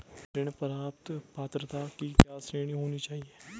ऋण प्राप्त पात्रता की क्या श्रेणी होनी चाहिए?